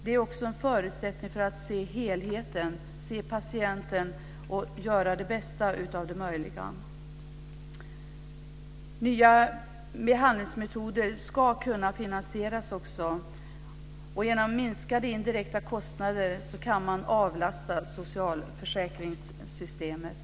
Det är också en förutsättning för att se helheten, se patienten och göra det bästa möjliga. Nya behandlingsmetoder ska kunna finansieras. Genom minskade indirekta kostnader går det att avlasta socialförsäkringssystemet.